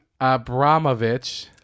Abramovich